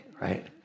right